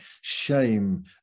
shame